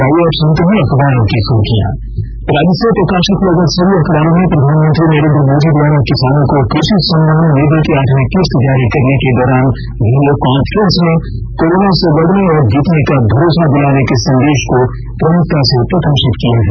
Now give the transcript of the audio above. और आइये अब सुनते हैं अखबारों की सुर्खियां राज्य से प्रकाशित लगभग सभी अखबारों ने प्रधानमंत्री नरेंद्र मोदी द्वारा किसानों को कृषि सम्मान निधि की आठवीं किस्त जारी करने के दौरान वीडियो कॉन्फ्रेंस में कोरोना से लड़ने और जीतने का भरोसा दिलाने के संदेश को प्रमुखता से प्रकाशित किया है